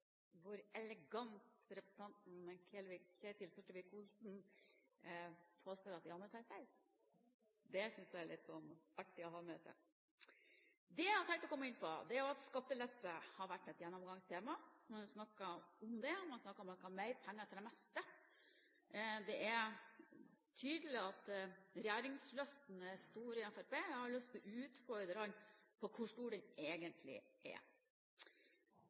litt artig å ha med seg. Det jeg har tenkt å komme inn på, er at skattelette har vært et gjennomgangstema. Man har snakket om det, man har snakket om at man skal ha mer penger til det meste. Det er tydelig at regjeringslysten er stor i Fremskrittspartiet. Jeg har lyst til å utfordre Solvik-Olsen på hvor stor den egentlig er.